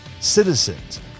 Citizens